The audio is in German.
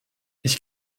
ich